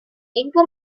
younger